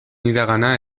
iragana